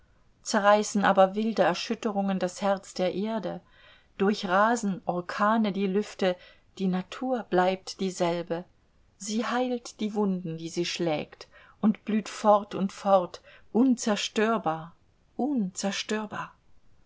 zerreißen aber wilde erschütterungen das herz der erde durchrasen orkane die lüfte die natur bleibt dieselbe sie heilt die wunden die sie schlägt und blüht fort und fort unzerstörbar unzerstörbar